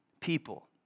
people